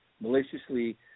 maliciously